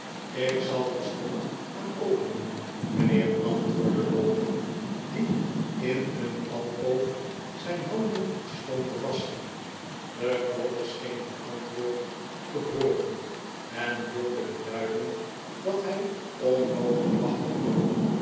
ik zal terstond gaan opendoen mijnheer antwoordde lowten die in een alcoof zijn handen stond te wasschen de klopper scheen dit antwoord te hooren en te willenbeduiden dat hij onmogelijk wachten kon